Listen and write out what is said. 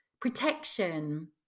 protection